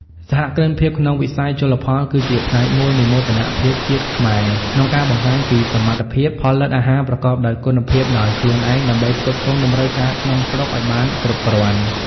សហគ្រិនភាពក្នុងវិស័យជលផលគឺជាផ្នែកមួយនៃមោទនភាពជាតិខ្មែរ ក្នុងការបង្ហាញពីសមត្ថភាពផលិតអាហារប្រកបដោយគុណភាពដោយខ្លួនឯង ដើម្បីផ្គត់ផ្គង់តម្រូវការក្នុងស្រុកឱ្យបានគ្រប់គ្រាន់។